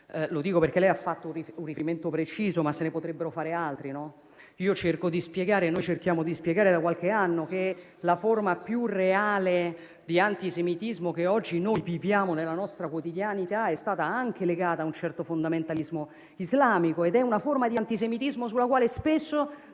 qualcun altro. Lei ha fatto un riferimento preciso, ma se ne potrebbero fare altri. Noi cerchiamo di spiegare da qualche anno che la forma più reale di antisemitismo che oggi noi viviamo nella nostra quotidianità è stata anche legata a un certo fondamentalismo islamico ed è una forma di antisemitismo sulla quale spesso